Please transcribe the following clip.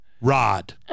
Rod